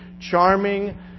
charming